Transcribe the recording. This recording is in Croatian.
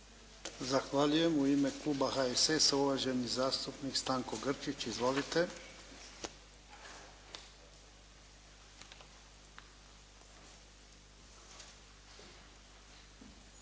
Zahvaljujem. U ime kluba HSS-a, uvaženi zastupnik Stanko Grčić. Izvolite.